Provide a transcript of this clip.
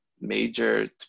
major